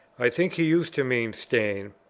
i think he used to mean stain,